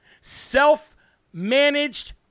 self-managed